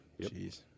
Jeez